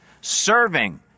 serving